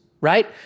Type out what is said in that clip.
Right